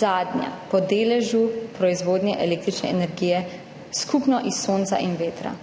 zadnja po deležu proizvodnje električne energije skupno iz sonca in vetra.